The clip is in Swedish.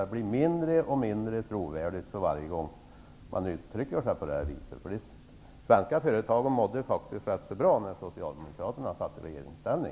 Det blir mindre och mindre trovärdigt för varje gång man uttalar sig på det här sättet. Svenska företag mådde faktiskt ganska bra när Socialdemokraterna satt i regeringsställning.